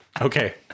Okay